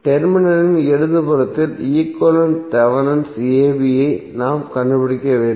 டெர்மினலின் இடதுபுறத்திற்கு equivalent Thevenin a b ஐ நாம் கண்டுபிடிக்க வேண்டும்